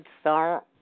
Star